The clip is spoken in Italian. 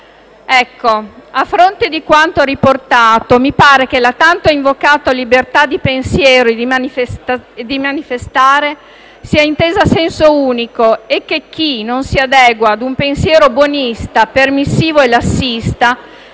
A fronte di quanto riportato, mi pare che la tanto invocata libertà di pensiero e di manifestare sia intesa a senso unico e che chi non si adegua a un pensiero buonista, permissivo e lassista